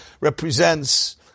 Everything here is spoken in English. represents